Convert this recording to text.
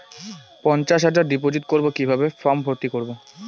পঞ্চাশ হাজার ডিপোজিট করবো কিভাবে ফর্ম ভর্তি করবো?